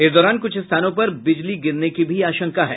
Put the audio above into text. इस दौरान कुछ स्थानों पर बिजली गिरने की भी आशंका है